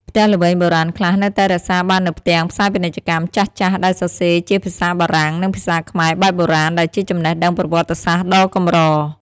ផ្ទះល្វែងបុរាណខ្លះនៅតែរក្សាបាននូវផ្ទាំងផ្សាយពាណិជ្ជកម្មចាស់ៗដែលសរសេរជាភាសាបារាំង និងភាសាខ្មែរបែបបុរាណ ដែលជាចំណេះដឹងប្រវត្តិសាស្ត្រដ៏កម្រ។